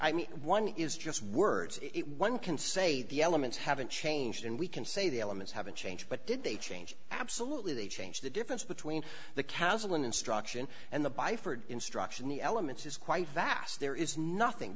i mean one is just words it one can say the elements haven't changed and we can say the elements haven't changed but did they change absolutely they change the difference between the cows of an instruction and the by for instruction the elements is quite vast there is nothing